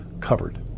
covered